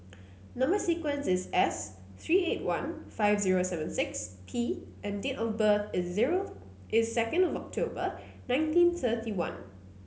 number sequence is S three eight one five zero seven six P and date of birth is zero is second of October nineteen thirty one